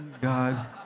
God